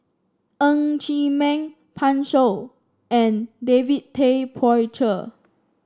Ng Chee Meng Pan Shou and David Tay Poey Cher